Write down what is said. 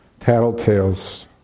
Tattletales